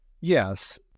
Yes